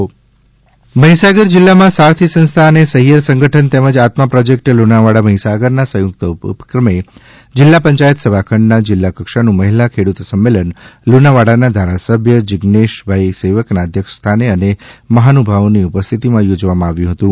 ખેડૂત સંમેલન મહીસાગર જિલ્લામાં સારથી સંસ્થા અને સહિયર સંગઠન તેમજ આત્મા પ્રોજેકટ લુણાવાડા મહીસાગરના સંયુક્ત ઉપક્રમે જિલ્લા પંચાયત સભાખંડમાં જિલ્લા કક્ષાનું મહિલા ખેડૂત સંમેલન લુણાવાડાના ધારાસભ્ય શ્રી જીએશભાઇ સેવકના અધ્યક્ષ સ્થાને અને મહાનુભાવોની ઉપસ્થિતિમાં યોજવામાં આવ્યું હતું